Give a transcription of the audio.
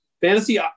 fantasy